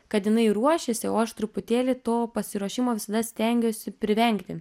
kad jinai ruošiasi o aš truputėlį to pasiruošimo visada stengiuosi privengti